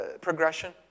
progression